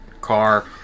car